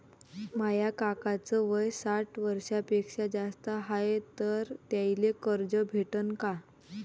माया काकाच वय साठ वर्षांपेक्षा जास्त हाय तर त्याइले कर्ज भेटन का?